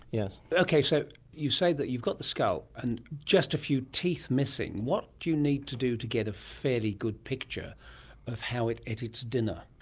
yes. okay, so you say that you've got the skull and just a few teeth missing. what do you need to do to get a fairly good picture of how it ate its dinner?